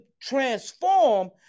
transform